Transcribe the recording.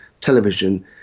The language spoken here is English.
television